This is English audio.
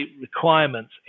requirements